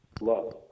Love